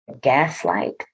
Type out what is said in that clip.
gaslight